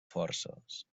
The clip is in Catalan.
forces